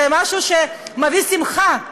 זה משהו שמביא שמחה,